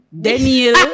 daniel